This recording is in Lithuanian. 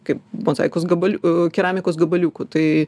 kaip mozaikos gabaliu keramikos gabaliukų tai